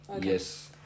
yes